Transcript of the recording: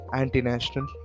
anti-national